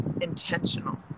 intentional